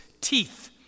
Teeth